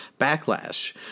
backlash